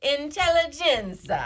Intelligence